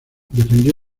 defendió